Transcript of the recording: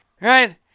Right